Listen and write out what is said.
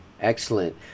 Excellent